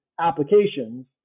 applications